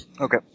Okay